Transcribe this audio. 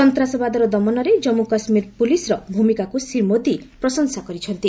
ସନ୍ତାସବାଦର ଦମନରେ ଜାମ୍ମୁ କାଶ୍ମୀର ପୁଲିସ୍ର ଭୂମିକାକୁ ଶ୍ରୀ ମୋଦି ପ୍ରଶଂସା କରିଛନ୍ତି